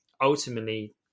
ultimately